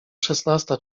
szesnasta